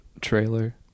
trailer